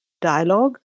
dialogue